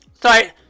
Sorry